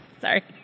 Sorry